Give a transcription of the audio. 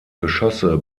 geschosse